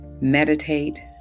Meditate